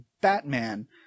Batman